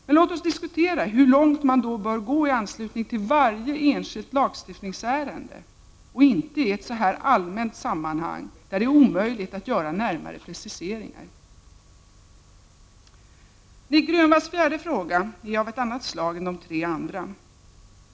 Men låt oss diskutera hur långt man då bör gå i anslutning till varje enskilt lagstiftningsärende, och inte i ett så här allmänt sammanhang där det är omöjligt att göra närmare preciseringar. Nic Grönvalls fjärde fråga är av annat slag än de tre andra.